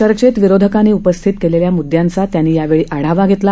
चर्चेत विरोधकांनी उपस्थित केलेल्या मुदयांचा त्यांनी यावेळी आढावा घेतला